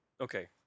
okay